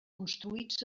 construïts